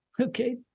Okay